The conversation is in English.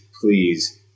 please